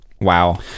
Wow